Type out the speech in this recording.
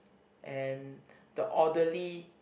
and the orderly